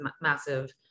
massive